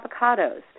avocados